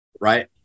right